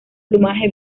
plumaje